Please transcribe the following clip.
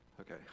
Okay